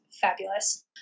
fabulous